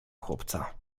chłopca